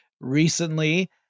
recently